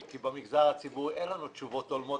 כי במגזר הציבורי אין לנו תשובות הולמות,